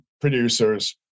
producers